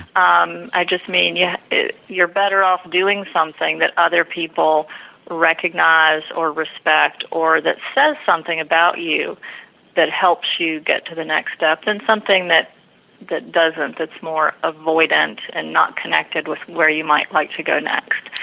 um i just mean yeah you are better off doing something that other people recognize or respect or that says something about you that helps you get to the next step, and something that that doesn't it's more avoidant and not connected with where you might like to go next,